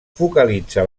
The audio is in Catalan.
focalitza